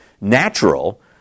natural